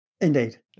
Indeed